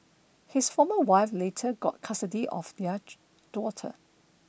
his former wife later got custody of their daughter